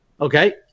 Okay